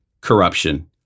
corruption